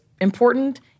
important